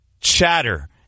chatter